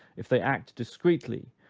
if they act discreetly,